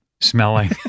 Smelling